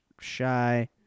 shy